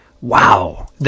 wow